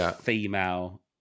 female